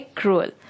cruel